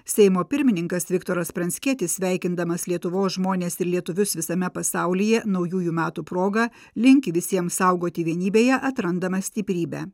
seimo pirmininkas viktoras pranckietis sveikindamas lietuvos žmones ir lietuvius visame pasaulyje naujųjų metų proga linki visiems saugoti vienybėje atrandamą stiprybę